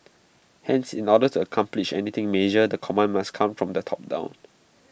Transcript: hence in order to accomplish anything major the command must come from the top down